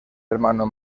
hermano